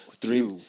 Three